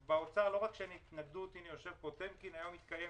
באוצר לא רק שאין התנגדות הנה יושב פה איתי טמקין היום התקיים